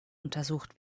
untersucht